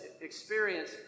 experience